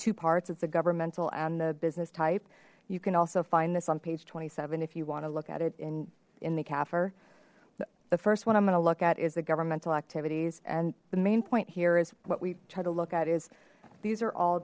two parts it's the governmental and the business type you can also find this on page twenty seven if you want to look at it in in the kafir but the first one i'm going to look at is the governmental activities and the main point here is what we try to look at is these are all